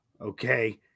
okay